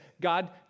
God